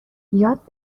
یاد